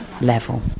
level